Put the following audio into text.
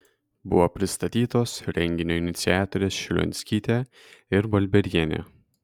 buvo pristatytos renginio iniciatorės šlionskytė ir balbierienė